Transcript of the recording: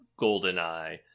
GoldenEye